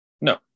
No